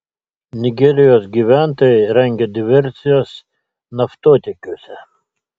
nigerijos gyventojai rengia diversijas naftotiekiuose